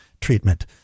treatment